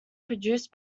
produced